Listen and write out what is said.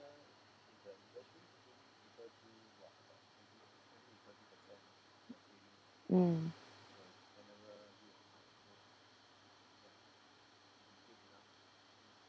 mm